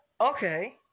okay